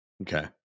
Okay